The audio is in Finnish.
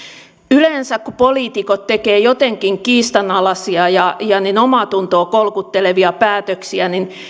yleensä kun poliitikot tekevät jotenkin kiistanalaisia ja omaatuntoa kolkuttelevia päätöksiä